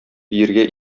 биергә